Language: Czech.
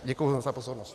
Děkuji za pozornost.